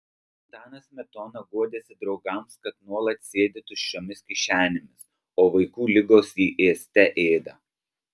antanas smetona guodėsi draugams kad nuolat sėdi tuščiomis kišenėmis o vaikų ligos jį ėste ėda